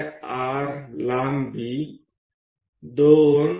તો 2πr લંબાઈ 2 3